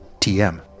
TM